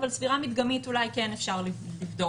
אבל ספירה מדגמית אולי כן אפשר לבדוק